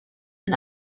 and